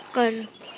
ਘਰ